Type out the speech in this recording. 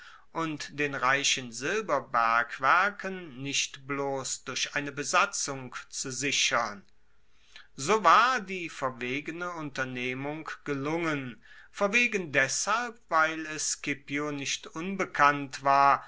und den reichen silberbergwerken nicht bloss durch eine besatzung zu sichern so war die verwegene unternehmung gelungen verwegen deshalb weil es scipio nicht unbekannt war